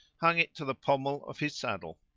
hung it to the pommel of his saddle.